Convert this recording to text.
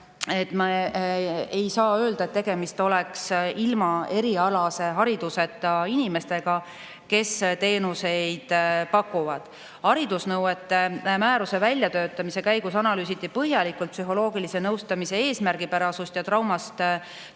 ma ei saa öelda, et tegemist oleks ilma erialase hariduseta inimestega, kes teenuseid pakuvad. Haridusnõuete määruse väljatöötamise käigus analüüsiti põhjalikult psühholoogilise nõustamise eesmärgipärasust ja traumast